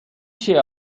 چیه